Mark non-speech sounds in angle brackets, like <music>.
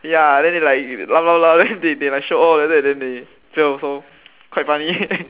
ya then they like laugh laugh laugh then they like like show off like that then they fail also quite funny <laughs>